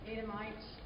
Edomites